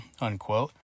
unquote